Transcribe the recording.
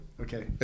Okay